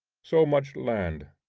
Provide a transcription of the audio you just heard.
so much land.